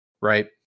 Right